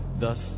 thus